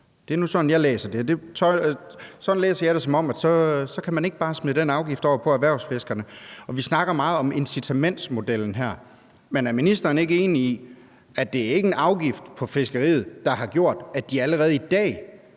Det er nu sådan, jeg læser det. Så læser jeg det, som om man ikke bare kan smide den afgift over på erhvervsfiskerne. Vi snakker meget om incitamentsmodellen her, men er ministeren ikke enig i, at det ikke er en afgift på fiskeriet, der har gjort, at de allerede i dag